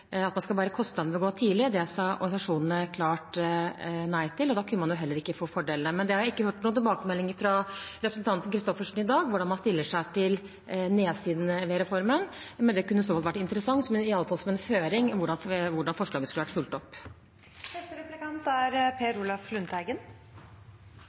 at man skal bære kostnadene ved å gå av tidlig, sa organisasjonene klart nei til, og da kunne man jo heller ikke få fordelene. Jeg har ikke hørt noen tilbakemeldinger fra representanten Christoffersen i dag om hvordan man stiller seg til nedsidene ved reformen, men det kunne i så fall vært interessant, iallfall som en føring for hvordan forslaget skulle vært fulgt opp. Saken gjelder dem som er